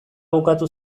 bukatu